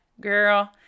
girl